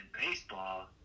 Baseball